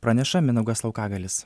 praneša mindaugas laukagalis